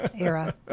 era